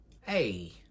Hey